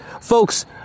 Folks